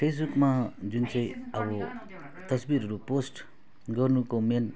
फेसबुकमा जुन चाहिँ अब तस्बिरहरू पोस्ट गर्नुको मेन